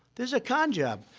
this is a con job.